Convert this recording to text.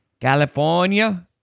California